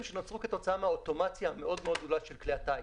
שנוצרו כתוצאה מהאוטומציה המאוד-מאוד גדולה של כלי הטיס.